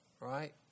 right